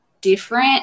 different